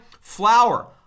flour